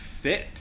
fit